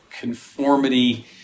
conformity